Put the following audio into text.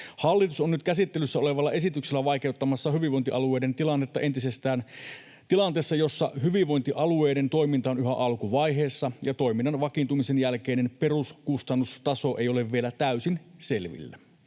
Hallitus on nyt käsittelyssä olevalla esityksellä vaikeuttamassa hyvinvointialueiden tilannetta entisestään tilanteessa, jossa hyvinvointialueiden toiminta on yhä alkuvaiheessa ja toiminnan vakiintumisen jälkeinen peruskustannustaso ei ole vielä täysin selvillä.